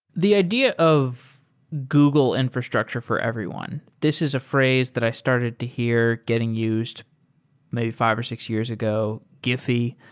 the idea of google infrastructure for everyone. this is a phrase that i started to hear getting used maybe fi ve or six years ago, giphy,